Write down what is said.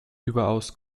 überaus